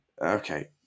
Okay